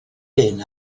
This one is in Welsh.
hyn